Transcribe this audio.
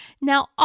Now